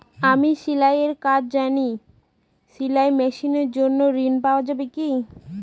আমি সেলাই এর কাজ জানি সেলাই মেশিনের জন্য ঋণ পাওয়া যাবে কি?